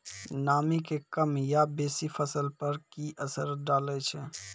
नामी के कम या बेसी फसल पर की असर डाले छै?